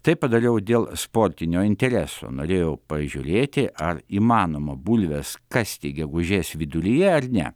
tai padariau dėl sportinio intereso norėjau pažiūrėti ar įmanoma bulves kasti gegužės viduryje ar ne